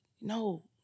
No